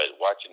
watching